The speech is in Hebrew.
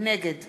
נגד